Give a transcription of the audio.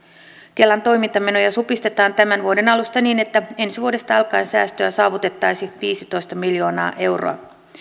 kelan toimintamenoja supistetaan tämän vuoden alusta niin että ensi vuodesta alkaen säästöä saavutettaisiin viisitoista miljoonaa euroa